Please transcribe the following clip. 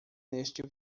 neste